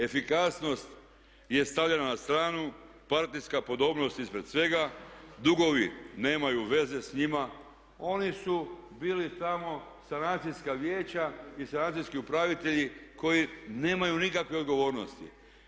Efikasnost je stavljena na stranu, partijska podobnost ispred svega, dugovi nemaju veze s njima, oni su bili tamo sanacijska vijeća i sanacijski upravitelji koji nemaju nikakve odgovornosti.